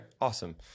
awesome